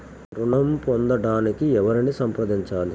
ఋణం పొందటానికి ఎవరిని సంప్రదించాలి?